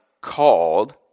called